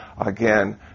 again